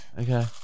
Okay